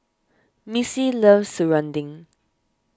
Missy loves serunding